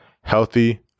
Healthy